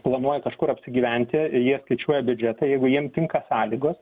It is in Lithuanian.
planuoja kažkur apsigyventi jie skaičiuoja biudžetą jeigu jiem tinka sąlygos